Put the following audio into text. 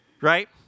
right